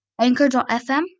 Anchor.fm